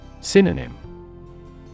Synonym